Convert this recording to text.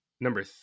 Number